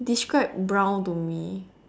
describe brown to me